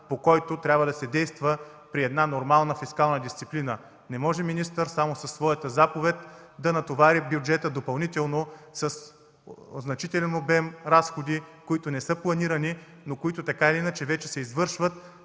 по който трябва да се действа при една нормална фискална дисциплина. Не може министър само със своята заповед да натовари бюджета допълнително със значителен обем разходи, които не са планирани, но които така или иначе вече се извършват,